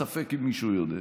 ספק אם מישהו יודע.